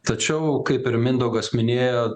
tačiau kaip ir mindaugas minėjo